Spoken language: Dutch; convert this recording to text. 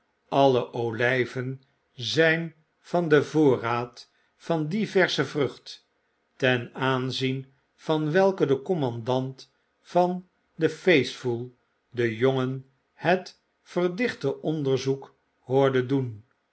alle oly ven zyn van den voorraad van die versche vrucht ten aanzien van welke de commandant van de faithful den jongen het verdichte onderzoek hoorde doen